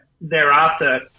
thereafter